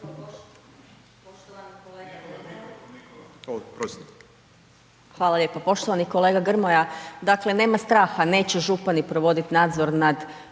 Hvala lijepa.